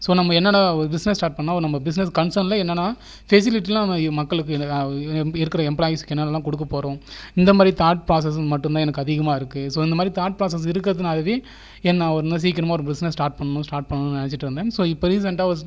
so நம்ம என்னென்ன business start பண்ணால் நம்ம பிசினஸ் கன்சனில் பெசிலிட்டியெல்லாம் மக்களுக்கு இருக்கிற எம்ப்ளாய்ஸ் என்னெல்லாம் கொடுக்க போகிறோம் இந்த மாதிரி தாட் ப்ராசஸெல்லாம் மட்டும்தான் எனக்கு அதிகமாக இருக்குது ஸோ இந்த மாதிரி தாட் பிராசஸிங் இருக்கிறதுனாலேவே என்ன இன்னும் சீக்கிரம் பிஸ்னஸ் ஸ்டார்ட் பண்ணணும் ஸ்டார்ட் பண்ணணும் அப்படினு நினச்சிட்டு இருந்தேன் இப்போ ரீசண்டாக